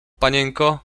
panienko